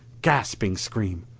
gasping scream.